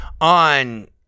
on